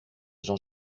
jean